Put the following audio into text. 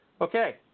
Okay